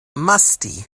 musty